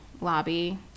lobby